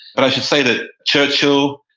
but i should say that churchill,